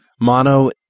Mono